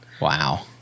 Wow